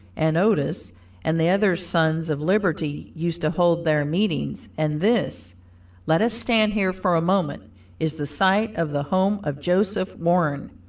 and otis and the other sons of liberty used to hold their meetings, and this let us stand here for a moment is the site of the home of joseph warren.